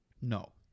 No